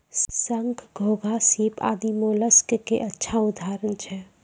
शंख, घोंघा, सीप आदि मोलस्क के अच्छा उदाहरण छै